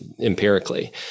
empirically